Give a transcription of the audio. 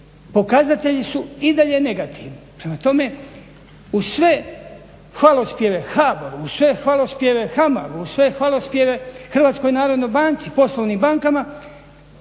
pokazatelji su i dalje negativni. Prema tome, uz sve hvalospjeve HBOR-u, uz sve hvalospjeve HAMAG-u, uz sve hvalospjeve HNB-u, poslovnim bankama,